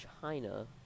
China